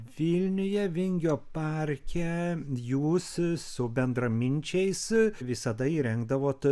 vilniuje vingio parke jūs su bendraminčiais visada įrengdavot